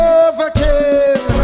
overcame